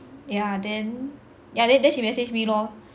yeah then yeah then she message me lor